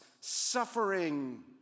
suffering